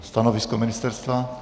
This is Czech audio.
Stanovisko ministerstva?